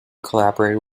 collaborated